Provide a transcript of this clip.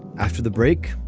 after the break,